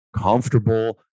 comfortable